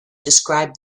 described